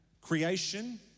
creation